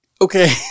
Okay